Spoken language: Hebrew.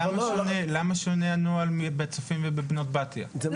למה הנוהל של הצופים ובנות בתיה שונה?